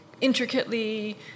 intricately